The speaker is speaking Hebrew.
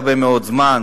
הרבה מאוד זמן,